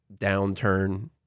downturn